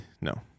No